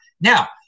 Now